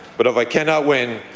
but if i cannot win,